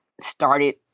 started